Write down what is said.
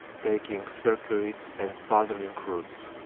taking circuitous and puzzling routes.